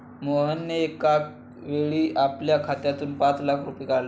मोहनने एकावेळी आपल्या खात्यातून पाच लाख रुपये काढले